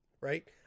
right